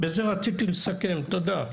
תודה.